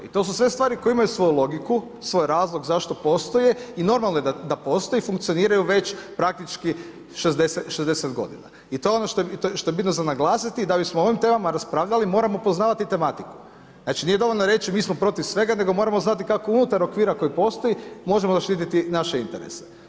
I to su sve stvari koje imaju svoju logiku, svoj razlog zašto postoje i normalno je da funkcioniraju i normalno je da postoje i funkcioniraju već praktički 60 godina. i to je ono što je bitno za naglasiti da bismo o ovim temama raspravljali, moramo poznavati tematiku, znači dovoljno reći mi smo protiv svega nego moramo znati kako unutar okvira koji postoji možemo zaštititi naše interese.